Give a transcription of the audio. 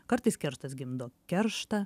kartais kerštas gimdo kerštą